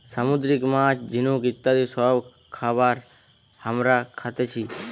সামুদ্রিক মাছ, ঝিনুক ইত্যাদি সব খাবার হামরা খাতেছি